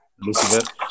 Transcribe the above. Lucifer